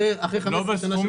אחרי 15 שנה.